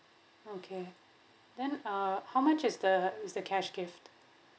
okay then uh how much is the is the cash gift